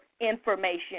information